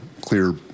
clear